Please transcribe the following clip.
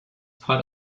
part